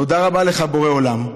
תודה רבה לך, בורא עולם.